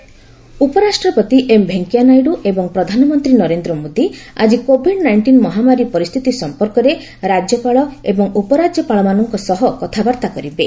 VP PM ଉପରାଷ୍ଟ୍ରପତି M Venkaiah Naidu ଏବଂ ପ୍ରଧାନମନ୍ତ୍ରୀ ନରେନ୍ଦ୍ର ମୋଦୀ ଆଜି କୋଭିଡ ନାଇଷ୍ଟିନ ମହାମାରୀ ପରିସ୍ଥିତି ସଫପର୍କରେ ରାଜ୍ୟପାଳ ଏବଂ ଉପରାଜ୍ୟପାଳମାନଙ୍କ ସହ କଥାବାର୍ତ୍ତା କରିବେ